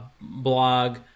blog